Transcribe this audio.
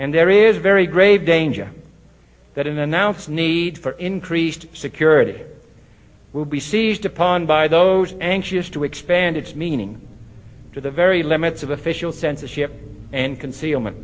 and there is a very grave danger that in announce need for increased security will be seized upon by those anxious to expand its meaning to the very limits of official censorship and concealment